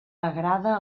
agrada